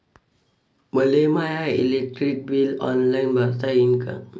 मले माय electric bill online भरता येईन का?